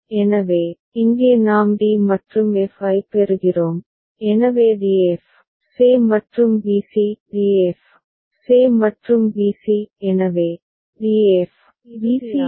எனவே இங்கே நாம் d மற்றும் f ஐப் பெறுகிறோம் எனவே df ce மற்றும் bc df ce மற்றும் bc எனவே df bce அதுதான் இங்கே நாம் பெறுகிறோம்